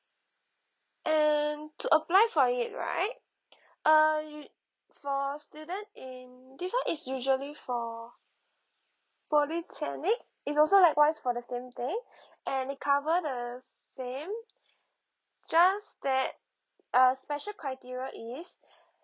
and to apply for it right uh u~ for student in this one is usually for polytechnic it's also likewise for the same thing and it cover the same just that a special criteria is